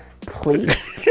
Please